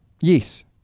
Yes